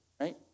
right